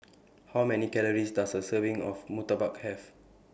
How Many Calories Does A Serving of Murtabak Have